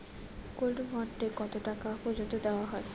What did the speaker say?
Gold bond এ কতো টাকা পর্যন্ত দেওয়া হয়?